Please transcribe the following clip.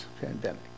pandemic